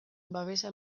babesa